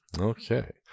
okay